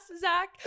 Zach